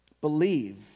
believe